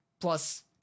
plus